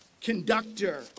conductor